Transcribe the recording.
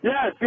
Yes